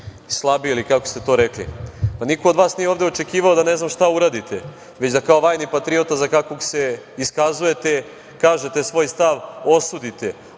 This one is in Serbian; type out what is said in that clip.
slabijeg ili kako ste to rekli. Pa, niko od vas ovde nije očekivao da ne znam šta uradite, već da kao vajni patriota, za kakvog se iskazujete, kažete svoj stav, osudite.